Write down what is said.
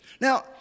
Now